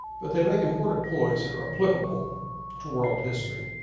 but they make important points that are applicable to world history.